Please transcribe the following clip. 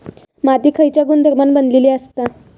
माती खयच्या गुणधर्मान बनलेली असता?